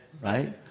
right